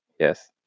yes